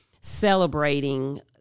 celebrating